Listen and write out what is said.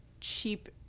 cheap